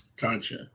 Gotcha